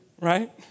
Right